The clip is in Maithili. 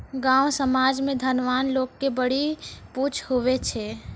गाँव समाज मे धनवान लोग के बड़ी पुछ हुवै छै